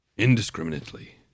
indiscriminately